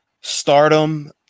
stardom